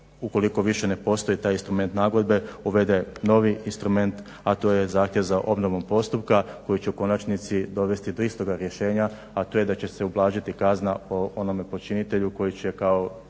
ukoliko više ne postoji taj instrument nagodbe uvede novi instrument, a to je zahtjev za obnovom postupka koji će u konačnici dovesti do istoga rješenja, a to je da će se ublažiti kazna onome počinitelju koji je bio